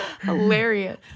Hilarious